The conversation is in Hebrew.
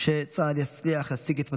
שצה"ל יצליח להשיג את מטרותיו.